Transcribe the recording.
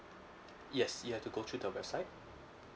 yes you have to go to the website